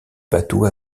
bateau